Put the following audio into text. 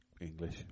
English